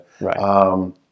Right